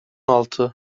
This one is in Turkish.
altı